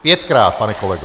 Pětkrát, pane kolego!